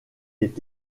est